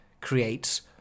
creates